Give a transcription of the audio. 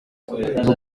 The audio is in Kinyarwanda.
izo